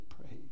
praise